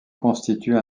constitue